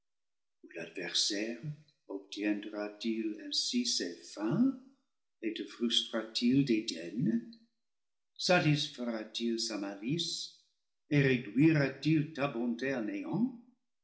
obtiendra t il ainsi ses fins et te frustera t il des tiennes satisfera t il sa malice et réduira-t-il ta bonté